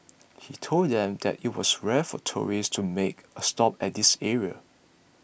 he told them that it was rare for tourists to make a stop at this area